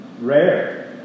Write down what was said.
rare